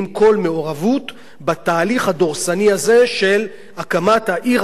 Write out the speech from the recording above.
הדורסני הזה של הקמת העיר החרדית הגדולה בחריש.